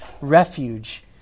refuge